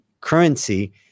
currency